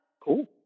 cool